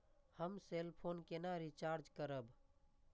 हम cell phone केना recharge करब?